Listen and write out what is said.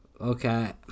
Okay